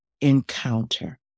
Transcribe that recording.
encounter